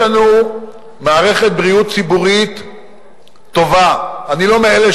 להודות לעורכת-הדין יפעת רווה ממשרד